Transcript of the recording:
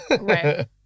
right